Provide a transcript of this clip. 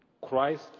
Christ